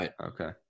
Okay